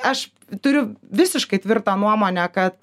aš turiu visiškai tvirtą nuomonę kad